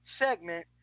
segment